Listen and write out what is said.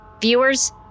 Viewers